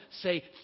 say